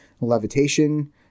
levitation